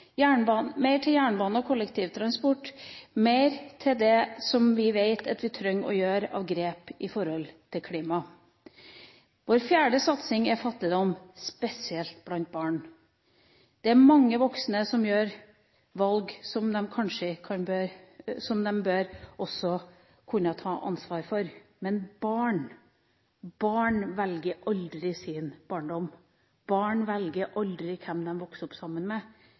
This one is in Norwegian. jernbane og kollektivtransport, mer av de grepene vi vet at vi trenger å gjøre når det gjelder klima. Vår fjerde satsing er å bekjempe fattigdom, spesielt blant barn. Det er mange voksne som gjør valg som de kanskje burde tatt mer ansvar for, men barn velger aldri sin barndom. Barn velger aldri hvem de vokser opp sammen med.